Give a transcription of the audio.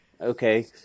okay